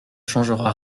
changera